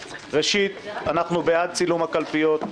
ראשית, אנחנו בעד צילום הקלפיות.